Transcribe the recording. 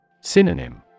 Synonym